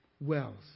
wells